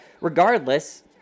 regardless